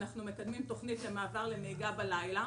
אנחנו מקדמים תכנית למעבר לנהיגה בלילה.